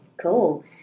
Cool